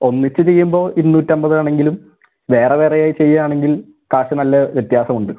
ഒന്നിച്ച് ചെയ്യുമ്പോൾ ഇരുന്നൂറ്റൻപതാണെങ്കിലും വേറെ വേറെയായി ചെയ്യാണെങ്കിൽ കാശ് നല്ല വ്യത്യാസമുണ്ട്